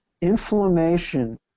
inflammation